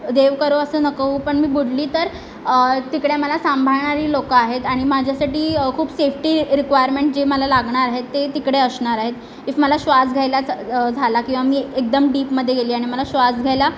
देव करो असं नको होवो पण मी बुडली तर तिकडे मला सांभाळणारी लोकं आहेत आणि माझ्यासाठी खूप सेफ्टी रिक्वायर्मेंट जे मला लागणार आहेत ते तिकडे असणार आहेत इफ मला श्वास घ्यायला झ झ झाला किवा मी एकदम डीपमध्ये गेले आणि मला श्वास घ्यायला